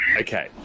okay